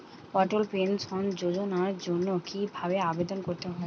অটল pension যোজনার জন্য কি ভাবে আবেদন করতে হয়?